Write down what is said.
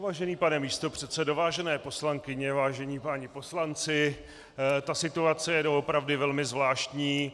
Vážený pane místopředsedo, vážené poslankyně, vážení páni poslanci, situace je doopravdy velmi zvláštní.